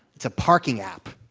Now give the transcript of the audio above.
it's a parking app.